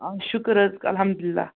آ شُکُر حظ الحمدُ اللہ